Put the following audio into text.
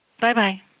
Bye-bye